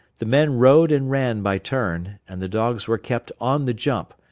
the men rode and ran by turn, and the dogs were kept on the jump,